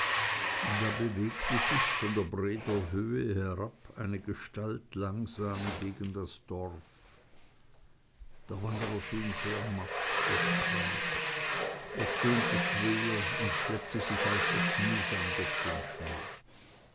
da bewegte sich von der breder höhe herab eine gestalt langsam gegen das dorf der wanderer schien sehr matt oder krank er stöhnte schwer und schleppte sich äußerst mühsam durch den schnee